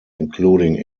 including